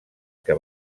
que